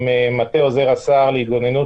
עם מטה עוזר השר להתגוננות,